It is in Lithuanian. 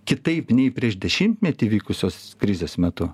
kitaip nei prieš dešimtmetį vykusios krizės metu